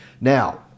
Now